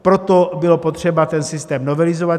Proto bylo potřeba ten systém novelizovat.